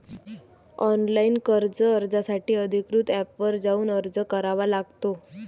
online कर्ज अर्जासाठी अधिकृत एपवर जाऊन अर्ज करावा लागतो